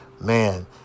man